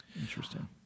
Interesting